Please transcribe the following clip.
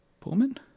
pullman